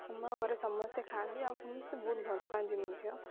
ଆମ ଘରେ ସମସ୍ତେ ଖାଆନ୍ତି ଆଉ ସମସ୍ତେ ବହୁତ ଭଲପାଆନ୍ତି ମଧ୍ୟ